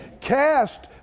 Cast